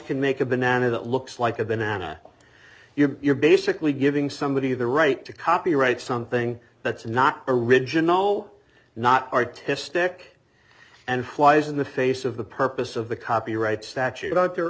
can make a banana that looks like a banana you're basically giving somebody the right to copyright something that's not original not artistic and flies in the face of the purpose of the copyright statute about the